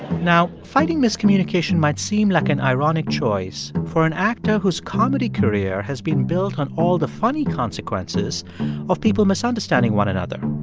now, fighting miscommunication might seem like an ironic choice for an actor whose comedy career has been built on all the funny consequences of people misunderstanding one another.